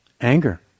anger